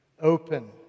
Open